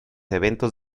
eventos